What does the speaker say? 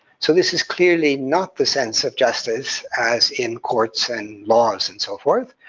so this is clearly not the sense of justice as in courts and laws and so forth.